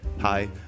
Hi